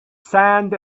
sand